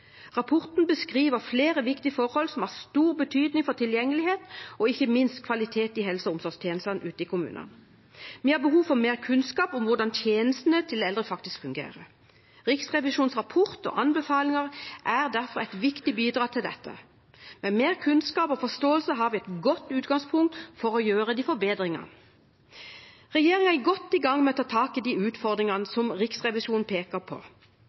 Rapporten beskriver flere viktige forhold som har stor betydning for tilgjengelighet og ikke minst kvalitet i helse- og omsorgstjenestene ute i kommunene. Vi har behov for mer kunnskap om hvordan tjenestene til eldre faktisk fungerer. Riksrevisjonens rapport og anbefalinger er derfor et viktig bidrag til dette. Med mer kunnskap og forståelse har vi et godt utgangspunkt for å gjøre de forbedringene. Regjeringen er godt i gang med å ta tak i de utfordringene som Riksrevisjonen peker på.